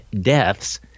deaths